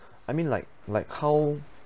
I mean like like how